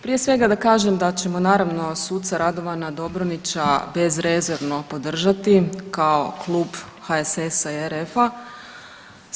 Prije svega da kažem da ćemo naravno suca Radovana Dobronića bezrezervno podržati kao Klub HSS-a i RF-a.